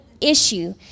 issue